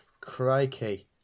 crikey